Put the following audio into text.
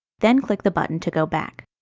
then click the button to go back.